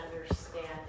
understanding